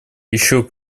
еще